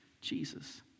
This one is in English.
Jesus